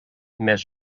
més